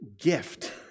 gift